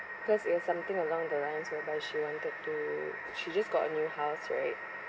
because it's something along the lines whereby she wanted to she just got a new house right